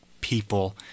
people